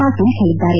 ಪಾಟೀಲ್ ಹೇಳಿದ್ದಾರೆ